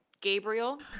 Gabriel